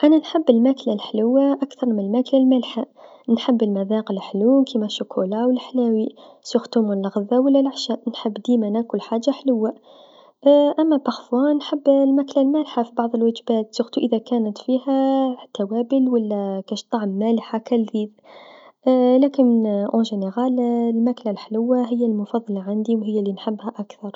أنا نفضل الماكله الحلوه أكثر من الماكله المالحه نحب المذاق الحلو كيما الشوكولا و الحلاوي خاصة مور الغدا و لا العشا نحب ديما ناكل حاجه حلوه أما أحيانا نحب الماكله المالحه في بعض الوجبات خاصة إذا كان فيه توابل و لا كاش طعم مالح هكا لذيذ لكن بصفه عامه الماكله الحلوه هي المفصله عندي و لنحبها أكثر.